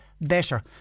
better